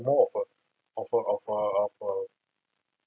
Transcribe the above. more of a of a of a of a